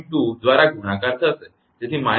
2 દ્વારા ગુણાકાર થશે તેથી − 200 × 0